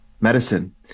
medicine